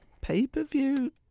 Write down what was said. pay-per-view